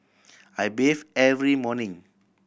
I bathe every morning